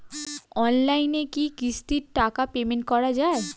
অনলাইনে কি কিস্তির টাকা পেমেন্ট করা যায়?